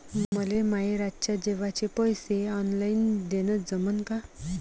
मले माये रातच्या जेवाचे पैसे ऑनलाईन देणं जमन का?